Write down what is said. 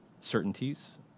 certainties